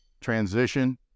transition